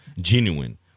genuine